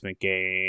game